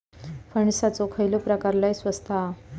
कणसाचो खयलो प्रकार लय स्वस्त हा?